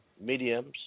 mediums